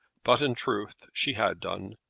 but in truth she had done,